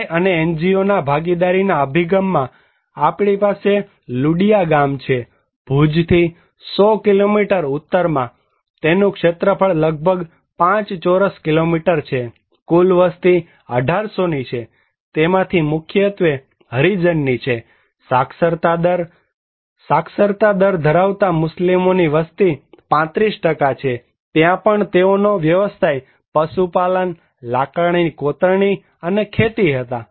સમુદાય અને NGOના ભાગીદારીના અભિગમમાં આપણી પાસે લુડિયા ગામ છે ભુજથી 100 કિલોમીટર ઉત્તરમાં તેનું ક્ષેત્રફળ લગભગ 5 ચોરસ કિલોમીટર છે કુલ વસ્તી 1800 ની છે તેમાંથી મુખ્યત્વે હરિજનની છે અને સાક્ષરતા દર ધરાવતા મુસ્લિમોની વસ્તી 35 છે ત્યાં પણ તેઓના વ્યવસાય પશુપાલન લાકડાની કોતરણી અને ખેતી હતા